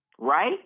Right